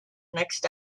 next